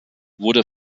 wurde